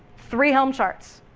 three helm charts,